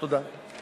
תודה.